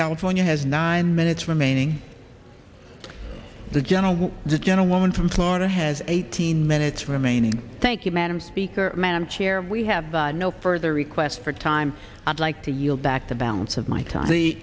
california has nine minutes remaining the general gentlewoman from florida has eighteen minutes remaining thank you madam speaker ma'am chair we have no further requests for time i'd like to yield back the balance of my time the